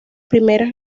primeros